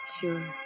Sure